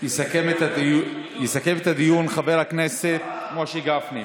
יסכם את הדיון חבר הכנסת משה גפני.